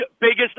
biggest